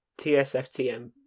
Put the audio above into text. TSFTM